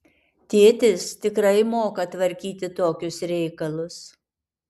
tėtis tikrai moka tvarkyti tokius reikalus